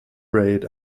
braid